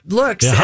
looks